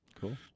Cool